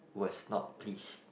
was not pleased